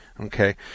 okay